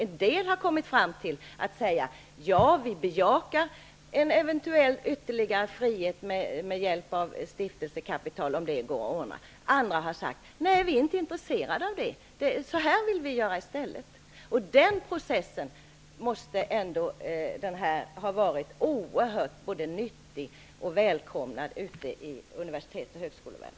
En del har kommit fram till att säga: Ja, vi bejakar en eventuell ytterligare frihet med hjälp av stiftelsekapital om det går att ordna. Andra har sagt: Nej, vi är inte intresserade av det, utan vi vill göra si eller så. Denna process måste ha varit oerhört både nyttig och välkomnad i högskole och universitetsvärlden.